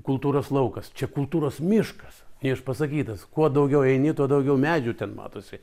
kultūros laukas čia kultūros miškas neišpasakytas kuo daugiau eini tuo daugiau medžių ten matosi